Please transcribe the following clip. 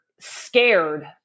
Scared